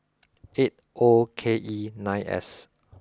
eight O K E nine S